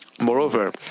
Moreover